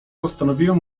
postanowiłem